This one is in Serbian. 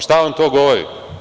Šta vam to govori?